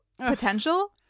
potential